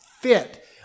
fit